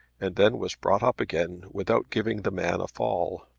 and then was brought up again without giving the man a fall.